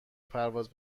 پرواز